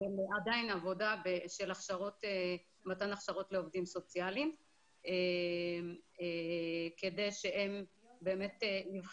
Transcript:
יש לנו עדיין עבודה של מתן הכשרות לעובדים סוציאליים כדי שהם יבחנו